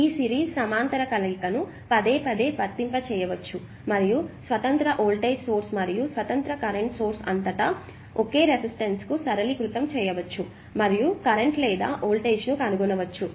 ఈ సిరీస్ సమాంతర కలయికలను పదేపదే వర్తింపజేయవచ్చు మరియు స్వతంత్ర వోల్టేజ్ సోర్స్ మరియు స్వతంత్ర కరెంట్ సోర్స్ అంతటా ఒకే రెసిస్టెన్స్కు సరళీకృతం చేయవచ్చు మరియు కరెంట్ లేదా వోల్టేజ్ను కనుగొనవచ్చు